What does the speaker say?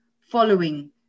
following